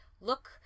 look